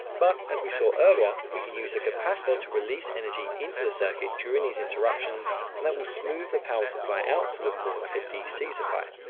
but as we saw earlier, we can use a capacitor to release energy into the circuit during these interruptions, and that will smooth the power supply out to look more like a dc supply.